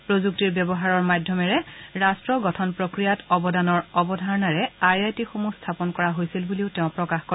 প্ৰযুক্তিৰ ব্যৱহাৰৰ মাধ্যমেৰে ৰাষ্ট গঠন প্ৰক্ৰিয়াত অৱদানৰ অৱধাৰণাৰে আই আই টিসমূহ স্থাপন কৰা হৈছিল বুলিও তেওঁ প্ৰকাশ কৰে